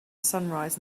sunrise